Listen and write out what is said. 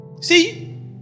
see